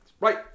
Right